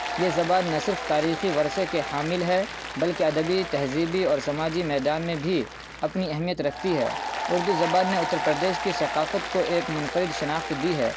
یہ زبان نہ صرف تاریخی ورثے کے حامل ہے بلکہ ادبی تہذیبی اور سماجی میدان میں بھی اپنی اہمیت رکھتی ہے اردو زبان نے اتّر پردیش کی ثقافت کو ایک منفرد شناخت دی ہے